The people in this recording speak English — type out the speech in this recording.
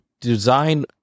design